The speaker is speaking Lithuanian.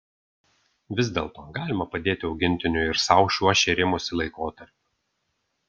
vis dėlto galima padėti augintiniui ir sau šiuo šėrimosi laikotarpiu